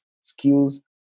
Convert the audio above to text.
skills